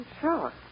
Sure